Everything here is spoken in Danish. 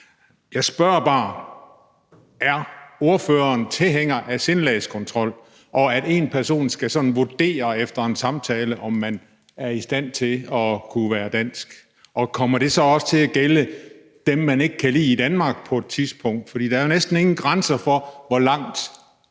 Jeg spørger bare: Er ordføreren tilhænger af sindelagskontrol, og at én person sådan skal vurdere efter en samtale, om man er i stand til at være dansk? Og kommer det så også til at gælde dem, man ikke kan lide i Danmark på et tidspunkt? For der er jo næsten ingen grænser for, hvor langt